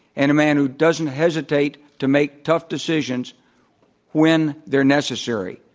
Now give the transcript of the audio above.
and a man who doesn't hesitate to make tough decisions when they're necessary.